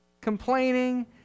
complaining